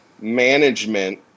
management